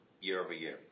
year-over-year